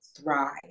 thrive